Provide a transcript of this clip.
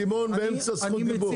רגע, סימון בזכות דיבור.